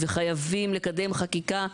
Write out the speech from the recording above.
חייבים לקדם חקיקה.